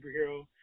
superhero